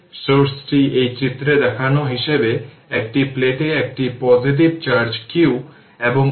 এখন চিত্র 6b থেকে তার মানে এখন এই r যে 0 থেকে r স্লোপ দেখেছি যে 102 10 থেকে পাওয়ার 6